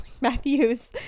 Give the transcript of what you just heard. Matthew's